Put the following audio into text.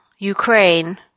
Ukraine